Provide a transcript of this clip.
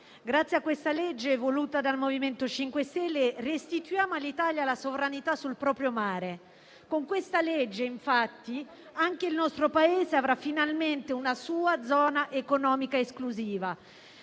grazie a questo provvedimento, voluto dal MoVimento 5 Stelle, restituiamo all'Italia la sovranità sul proprio mare. Con esso, infatti, anche il nostro Paese avrà finalmente una sua zona economica esclusiva